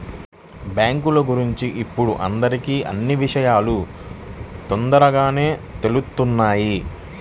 బ్యేంకుల గురించి ఇప్పుడు అందరికీ అన్నీ విషయాలూ తొందరగానే తెలుత్తున్నాయి